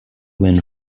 win